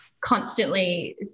constantly